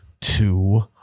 two